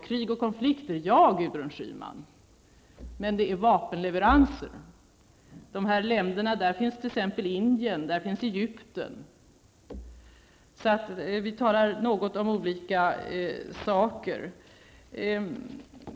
Krig och konflikter är en sak, Gudrun Schyman, vapenleveranser en annan. Bland dessa länder finns t.ex. Indien och Egypten, så vi talar om olika saker.